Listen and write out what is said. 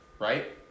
Right